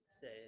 say